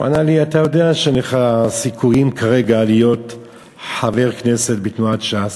הוא ענה לי: אתה יודע שאין לך סיכויים כרגע להיות חבר כנסת בתנועת ש"ס,